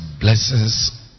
blessings